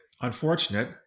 unfortunate